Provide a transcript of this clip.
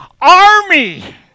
army